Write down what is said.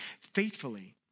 faithfully